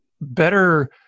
better